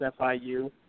FIU